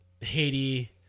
Haiti